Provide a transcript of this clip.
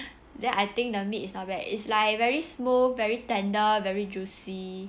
then I think the meat is not bad is like very smooth very tender very juicy